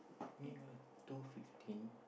meet her two fifteen